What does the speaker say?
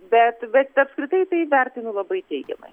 bet bet apskritai tai vertinu labai teigiamai